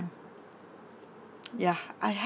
ya I have